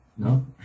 No